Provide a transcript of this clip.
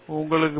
உங்களுக்கு பி